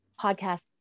podcast